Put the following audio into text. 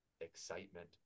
excitement